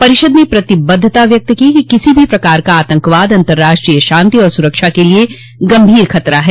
परिषद ने प्रतिबद्धता व्यक्त की कि किसी भी प्रकार का आंतकवाद अंतर्राष्ट्रीय शांति और सुरक्षा के लिए सबसे गंभीर खतरा है